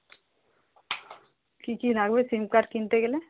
কী কী লাগবে SIM card কিনতে গেলে